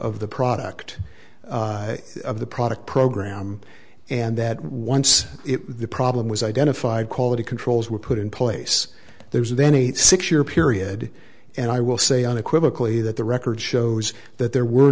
of the product of the product program and that once the problem was identified quality controls were put in place there was then a six year period and i will say unequivocally that the record shows that there were